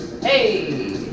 Hey